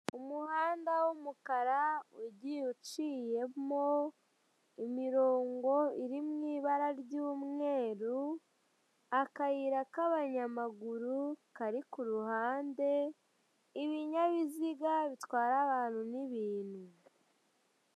Umuhanda w'umukara ugiye uciyemo imirongo iri mu ibara ry'umweru, akayira k'abanyamaguru kari ku ruhande, ibinyabiziga bitwara abantu n'ibintu.